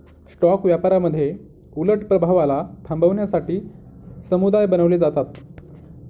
stock व्यापारामध्ये उलट प्रभावाला थांबवण्यासाठी समुदाय बनवले जातात